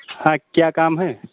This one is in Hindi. हाँ क्या काम है